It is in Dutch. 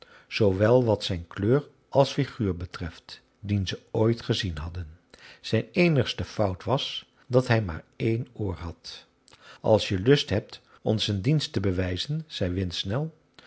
zoowel wat zijn kleur als figuur betreft dien ze ooit gezien hadden zijn eenigste fout was dat hij maar één oor had als je lust hebt ons een dienst te bewijzen zei